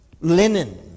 linen